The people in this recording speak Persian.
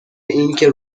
اینکه